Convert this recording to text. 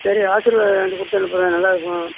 சரி ஆசீர்வாத் ரெண்டு கொடுத்து அனுப்புகிறேன் நல்லாயிருக்கும்